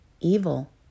evil